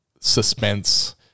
suspense